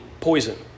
poison